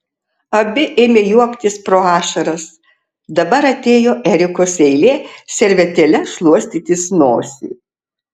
abi ėmė juoktis pro ašaras dabar atėjo erikos eilė servetėle šluostytis nosį